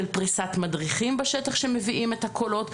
פריסת מדריכים בשטח שמביאים את הקולות,